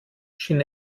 schien